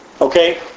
Okay